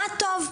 מה טוב,